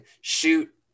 shoot